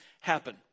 happen